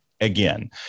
again